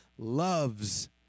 loves